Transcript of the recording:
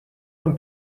нам